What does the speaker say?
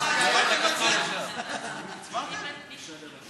מורי ורבותי, הצעת